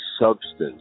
substance